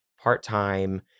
part-time